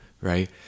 right